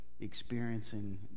experiencing